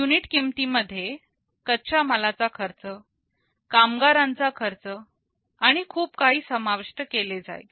unit किमंतीमध्ये कच्च्या मालाचा खर्च कामगारांचा खर्च आणि खूप काही समाविष्ट केले जाईल